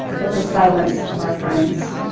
but the silence of our friends.